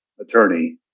attorney